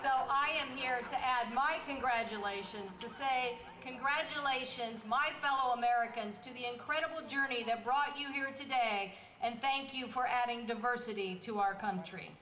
so i am here to add my congratulations just say congratulations my fellow americans to the incredible journey that brought you here today and thank you for adding diversity to our country